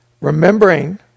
Remembering